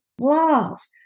laws